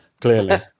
clearly